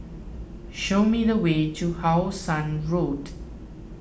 show me the way to How Sun Road